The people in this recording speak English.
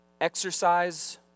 Exercise